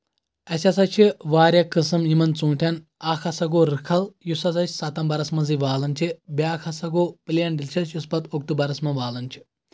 اَسہِ ہسا چھِ واریاہ قٕسم یِمن ژوٗنٹھیٚن اکھ ہسا گوٚو رِکھل یُس ہسا أسۍ ستمبرَسی منٛزے والان چھِ بیاکھ ہسا گوٚو پِلین ڈِلیشس یُس پَتہٕ اکٹوٗبرس منٛز والان چھِ